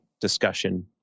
discussion